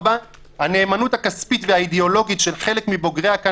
4. הנאמנות הכספית והאידיאולוגית של חלק מבוגריה כאן